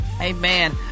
Amen